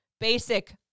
Basic